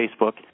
Facebook